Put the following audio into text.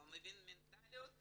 לא מבין את המנטליות,